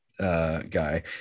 guy